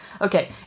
okay